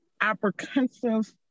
apprehensive